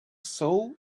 soul